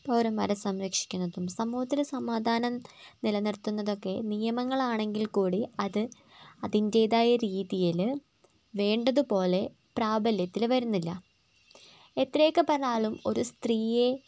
പൗരന്മാരെ സംരക്ഷിക്കുന്നതും സമൂഹത്തിൽ സമാധാനം നിലനിർത്തുന്നതൊക്കെ നിയമങ്ങളാണ് എങ്കിൽ കൂടി അത് അതിൻ്റെതായ രീതിയിൽ വേണ്ടത് പോലെ പ്രാബല്യത്തിൽ വരുന്നില്ല എത്രയൊക്കെ പറഞ്ഞാലും ഒരു സ്ത്രീയെ